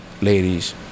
ladies